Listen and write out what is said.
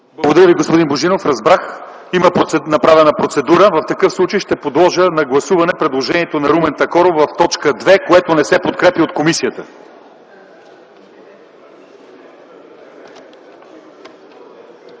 Благодаря Ви, господин Божинов. Разбрах. Има направена процедура. В такъв случай подлагам на гласуване предложението на Румен Такоров в т. 2, което не се подкрепя от комисията.